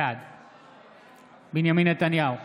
בעד בנימין נתניהו,